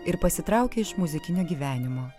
ir pasitraukė iš muzikinio gyvenimo